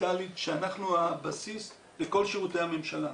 דיגיטלית שאנחנו הבסיס לכל שירותי הממשלה,